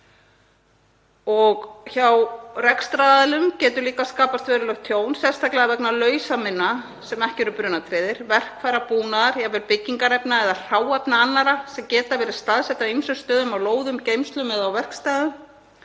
Hjá rekstraraðilum getur líka skapast verulegt tjón, sérstaklega vegna lausamuna sem ekki eru brunatryggðir, verkfærabúnaðar, jafnvel byggingarefna eða hráefna annarra sem geta verið staðsett á ýmsum stöðum á lóðum, geymslum eða á verkstæðum.